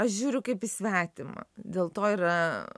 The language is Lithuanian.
aš žiūriu kaip į svetimą dėl to yra